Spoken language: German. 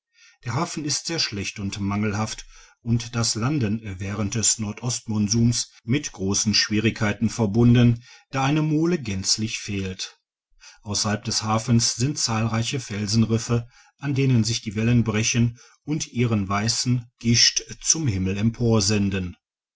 der hafen ist sehr schlecht und mangelhaft und das landen während des nordostmonsuns mit grossen schwierigkeiten verbunden da eine mole gänzlich fehlt ausserhalb des hafens sind zahlreiche felsenriffe an denen sich die wellen brechen und ihren weissen gischt zum himmel